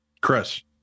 Chris